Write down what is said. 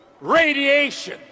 radiation